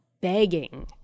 begging